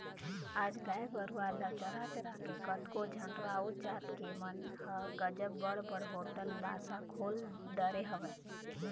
आज गाय गरुवा ल चरा चरा के कतको झन राउत जात के मन ह गजब बड़ बड़ होटल बासा खोल डरे हवय